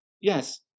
yes